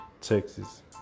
Texas